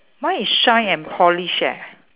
mine is shine and polish eh